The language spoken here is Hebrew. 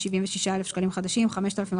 עיתונאי.